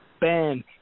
Ben